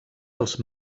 els